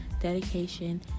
dedication